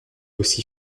aussi